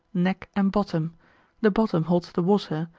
neck and bottom the bottom holds the water,